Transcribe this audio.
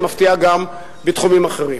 היא מפתיעה גם בתחומים אחרים.